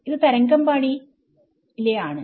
ഇത് തരംഗമ്പാടി യിൽ ആണ്